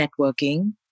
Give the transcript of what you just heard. networking